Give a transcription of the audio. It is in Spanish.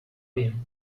bien